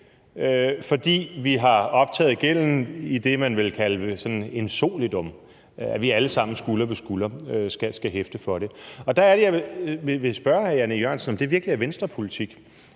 fordi vi har optaget gælden i det, man vil kalde in solidum, altså at vi alle sammen skulder ved skulder skal hæfte for det. Det er det, jeg vil spørge hr. Jan E. Jørgensen om, altså om det virkelig er Venstres politik.